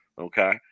Okay